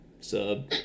sub